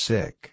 Sick